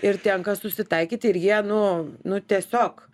ir tenka susitaikyti ir jie nu nu tiesiog